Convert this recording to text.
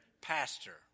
Pastor